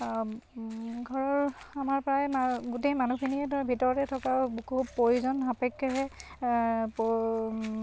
ঘৰৰ আমাৰ প্ৰায় গোটেই মানুহখিনিয়ে ধৰ ভিতৰতে থকা খুব প্ৰয়োজন সাপেক্ষেহে